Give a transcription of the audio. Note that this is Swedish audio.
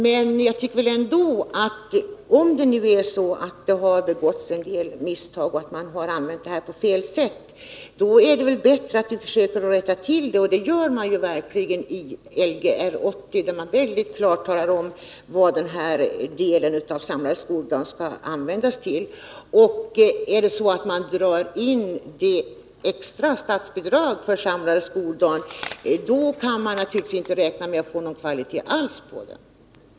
Men jag tycker ändå att även om en del misstag har begåtts och man har använt statsbidraget fel, så är det väl bättre att vi försöker rätta till misstagen. I Lgr 80 talas det klart 7 om vad denna del av den samlade skoldagen skall användas till. Dras däremot det extra statsbidraget för den samlade skoldagen in, kan man naturligtvis inte räkna med någon kvalitet alls.